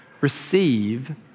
receive